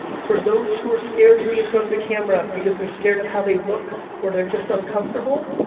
for those who are scared to be in front of the camera because they're scared of how they look or they're just uncomfortable.